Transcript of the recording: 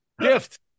Gift